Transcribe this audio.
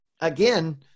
again